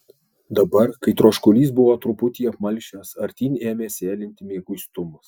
dabar kai troškulys buvo truputį apmalšęs artyn ėmė sėlinti mieguistumas